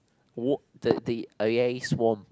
wo~ the the A A swum